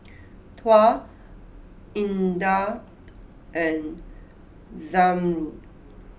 Tuah Indah and Zamrud